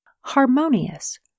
harmonious